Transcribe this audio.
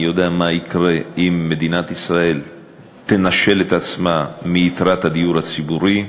אני יודע מה יקרה אם מדינת ישראל תנשל את עצמה מיתרת הדיור הציבורי.